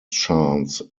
chance